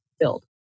filled